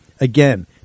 Again